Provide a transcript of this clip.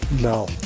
No